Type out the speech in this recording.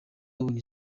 yabonye